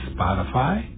Spotify